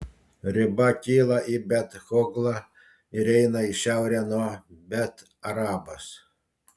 riba kyla į bet hoglą ir eina į šiaurę nuo bet arabos